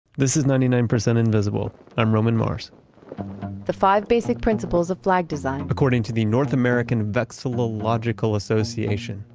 this is ninety nine percent invisible. i'm roman mars the five basic principles of flag design according to the north american vexillological association.